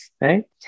right